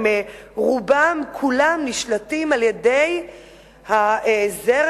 רובם ככולם נשלטים על-ידי הזרם